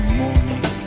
morning